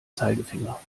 zeigefinger